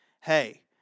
hey